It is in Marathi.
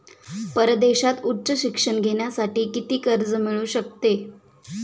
परदेशात उच्च शिक्षण घेण्यासाठी किती कर्ज मिळू शकते?